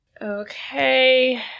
Okay